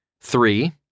three